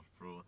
bro